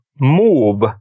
move